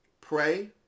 Pray